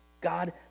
God